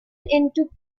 into